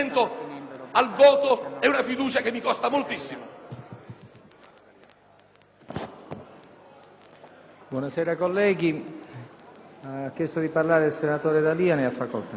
a votare, è una fiducia che mi costa moltissimo.